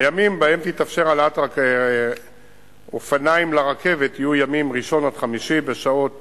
הימים שבהם תתאפשר העלאתם לרכבות יהיו ימים ראשון עד חמישי בשעות